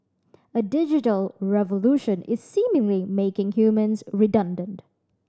a digital revolution is seemingly making humans redundant